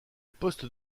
poste